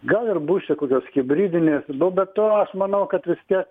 gal ir bus čia kokios hibridinės nu be to aš manau kad vis tiek